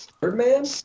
Birdman